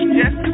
yes